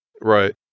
Right